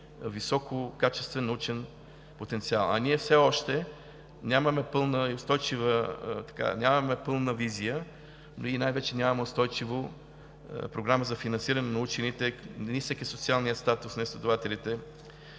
висококачествен научен потенциал. А ние все още нямаме пълна визия и най-вече нямаме устойчива програма за финансиране на учените, нисък е социалният статус на изследователите,